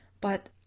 but